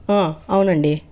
అవునండీ